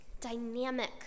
dynamic